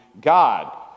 God